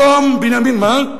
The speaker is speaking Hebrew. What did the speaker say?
איך אומר הגשש: